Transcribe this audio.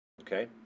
okay